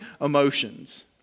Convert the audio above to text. emotions